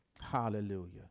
Hallelujah